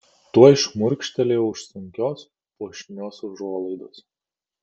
tuoj šmurkštelėjau už sunkios puošnios užuolaidos